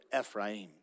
Ephraim